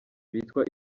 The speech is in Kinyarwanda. bitwa